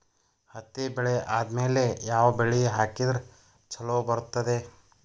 ಹತ್ತಿ ಬೆಳೆ ಆದ್ಮೇಲ ಯಾವ ಬೆಳಿ ಹಾಕಿದ್ರ ಛಲೋ ಬರುತ್ತದೆ?